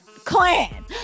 clan